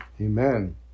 Amen